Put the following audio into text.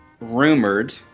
rumored